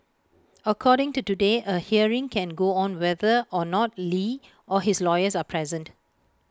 according to today A hearing can go on whether or not li or his lawyers are present